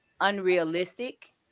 unrealistic